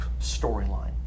storyline